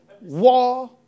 war